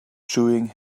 chewing